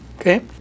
Okay